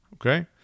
okay